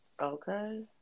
Okay